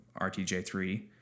RTJ3